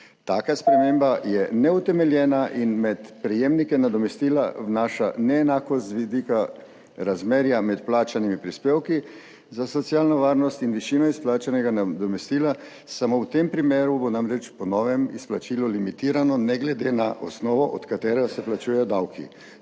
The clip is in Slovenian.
Taka sprememba je neutemeljena in med prejemnike nadomestila vnaša neenakost z vidika razmerja med plačanimi prispevki za socialno varnost in višino izplačanega nadomestila. Samo v tem primeru bo namreč po novem izplačilo limitirano ne glede na osnovo, od katere se plačujejo davki.